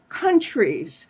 countries